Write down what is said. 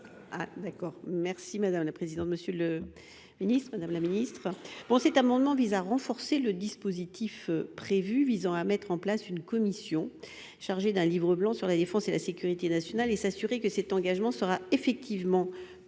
d'accord. Merci madame la présidente. Monsieur le Ministre, Madame la Ministre bon cet amendement vise à renforcer le dispositif prévu visant à mettre en place une commission chargée d'un livre blanc sur la défense et la sécurité nationale et s'assurer que cet engagement sera effectivement proposé